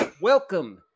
Welcome